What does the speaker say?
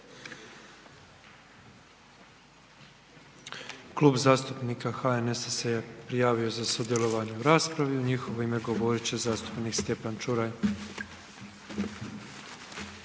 Klub zastupnika HNS-a se prijavio za sudjelovanje u raspravi u njihovo ime govorit će zastupnika Stjepan Čuraj.